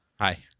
Hi